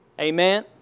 Amen